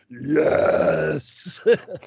yes